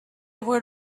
were